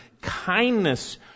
kindness